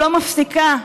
שלא מפסיקה.